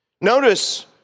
Notice